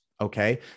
Okay